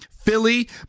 philly